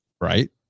Right